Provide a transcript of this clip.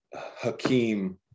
Hakeem